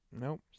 Nope